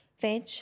veg